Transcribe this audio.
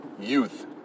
youth